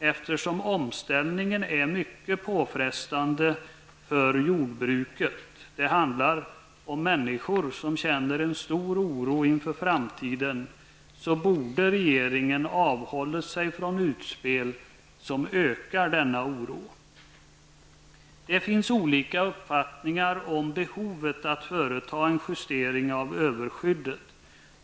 Eftersom omställningen är mycket påfrestande för jordbruket -- det handlar om människor som känner en stor oro inför framtiden -- borde regeringen avhållit sig från utspel som ökar denna oro. Det finns olika uppfattningar om behovet av att företa en justering av överskyddet.